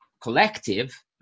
collective